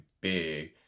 big